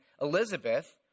Elizabeth